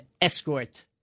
escort